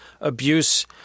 abuse